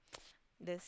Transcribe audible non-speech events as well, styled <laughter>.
<noise> the